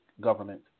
government